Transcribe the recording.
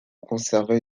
conservé